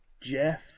Jeff